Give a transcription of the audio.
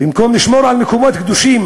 במקום לשמור על מקומות קדושים